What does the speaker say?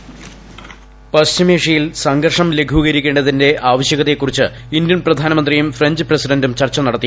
voice പശ്ചിമേഷ്യയിൽ സംഘർഷം ലഘൂകരിക്കേണ്ടതിന്റെ ആവശ്യകതയെക്കുറിച്ച് ഇന്ത്യൻ പ്രധാനമന്ത്രിയും ഫ്രഞ്ച് പ്രസിഡന്റും ചർച്ച നടത്തി